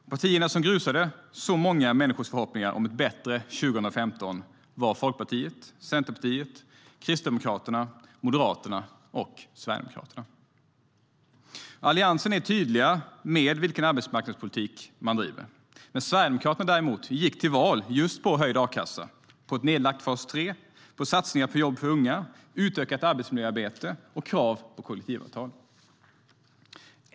De partier som grusade så många människors förhoppningar om ett bättre 2015 var Folkpartiet, Centerpartiet, Kristdemokraterna, Moderaterna och Sverigedemokraterna. Alliansen är tydlig med vilken arbetsmarknadspolitik man driver. Sverigedemokraterna däremot gick till val just på höjd a-kassa, på en nedläggning av fas 3, på satsningar på jobb för unga, utökat arbetsmiljöarbete och krav på kollektivavtal.